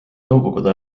nõukogude